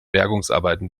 bergungsarbeiten